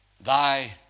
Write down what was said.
Thy